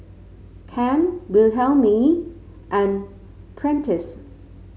Cam Wilhelmine and Prentiss